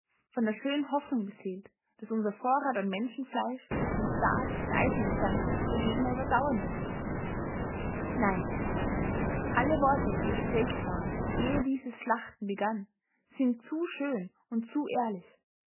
von der schönen hoffnung beseelt daß unser vorrat an menschenfleisch den stahl und eisenbestand der gegner überdauern werde nein alle worte die geprägt waren ehe dieses schlachten begann sind zu schön und zu ehrlich